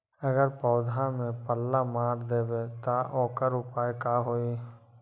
अगर पौधा में पल्ला मार देबे त औकर उपाय का होई?